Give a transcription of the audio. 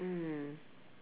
mm